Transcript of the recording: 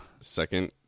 second